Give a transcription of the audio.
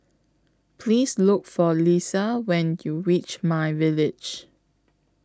Please Look For Liza when YOU REACH MyVillage